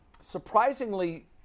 surprisingly